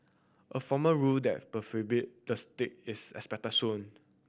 a formal rule that prohibit the stick is expected soon